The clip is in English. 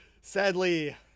Sadly